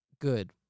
good